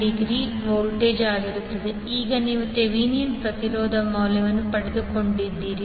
31V ಈಗ ನೀವು Thevenin ಪ್ರತಿರೋಧದ ಮೌಲ್ಯವನ್ನು ಪಡೆದುಕೊಂಡಿದ್ದೀರಿ